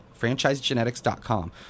franchisegenetics.com